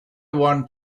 want